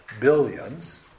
billions